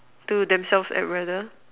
to themselves I'd rather